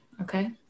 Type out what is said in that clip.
Okay